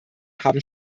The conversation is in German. haben